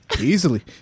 Easily